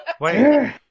Wait